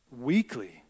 weekly